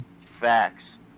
Facts